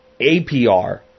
APR